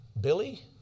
Billy